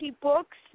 Books